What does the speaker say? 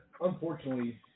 unfortunately